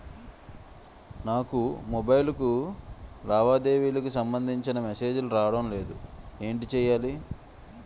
నాకు మొబైల్ కు లావాదేవీలకు సంబందించిన మేసేజిలు రావడం లేదు ఏంటి చేయాలి?